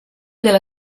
della